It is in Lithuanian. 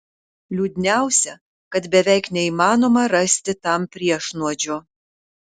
liūdniausia kad beveik neįmanoma rasti tam priešnuodžio